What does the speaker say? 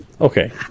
Okay